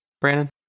Brandon